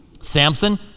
Samson